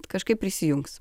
kažkaip prisijungs